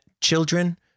children